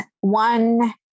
One